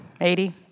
80